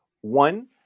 One